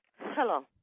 Hello